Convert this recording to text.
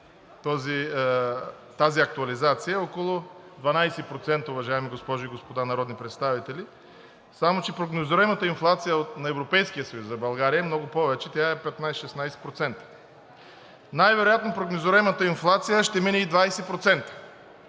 тази актуализация, е около 12%, уважаеми госпожи и господа народни представители. Само че прогнозируемата инфлация на Европейския съюз за България е много повече, тя е 15 – 16%. Най-вероятно прогнозируемата инфлация ще мине и 20%.